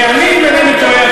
ואני, אם אינני טועה,